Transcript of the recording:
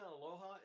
aloha